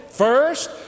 first